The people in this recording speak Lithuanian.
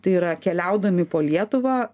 tai yra keliaudami po lietuvą